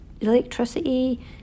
electricity